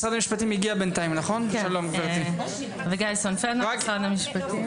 אני מבקשת להוסיף שככל